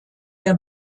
der